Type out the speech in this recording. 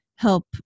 help